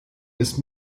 ist